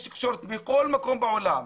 יש תקשורת מכל מקום בעולם,